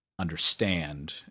understand